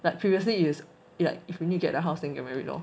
that previously is like if you need get a house then get married lor